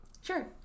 Sure